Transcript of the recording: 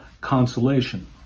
consolation